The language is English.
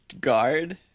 guard